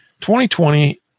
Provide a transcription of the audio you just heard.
2020